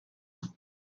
sky